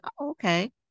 okay